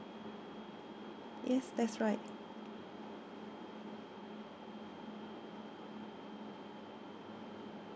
yes that's right